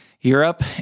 Europe